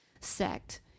sect